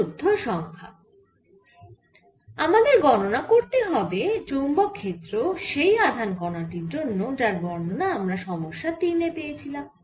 চতুর্থ সমস্যা আমাদের গণনা করতে হবে চৌম্বক ক্ষেত্র সেই আধান কণা টির জন্য যার বর্ণনা আমরা সমস্যা তিনে পেয়েছিলাম